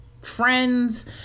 friends